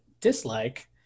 dislike